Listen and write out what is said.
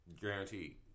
Guaranteed